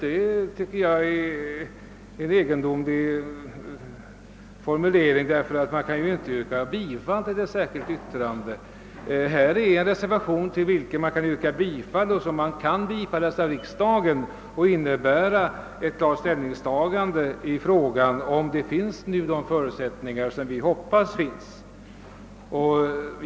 Det är ett egendomligt önskemål, eftersom man ju inte kan yrka bifall till ett särskilt yttrande. Här föreligger en reservation, till vilken man kan yrka bifall och som kan bifallas av riksdagen och innebära ett klart ställningstagande till frågan, men vars genomförande blir beroende av de andra länderna.